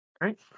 right